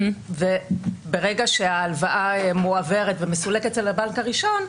ברגע שההלוואה מועברת ומסולקת אצל הבנק הראשון,